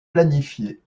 planifiée